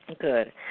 Good